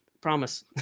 Promise